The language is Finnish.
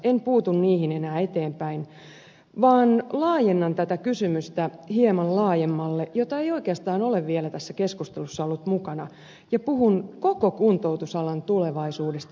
en puutu niihin enää eteenpäin vaan laajennan tätä kysymystä hieman laajemmalle jota ei oikeastaan ole vielä tässä keskustelussa ollut mukana ja puhun koko kuntoutusalan tulevaisuudesta suomessa